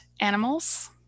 animals